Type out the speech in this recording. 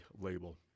label